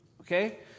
okay